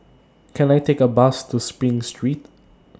Can I Take A Bus to SPRING Street